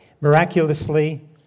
Miraculously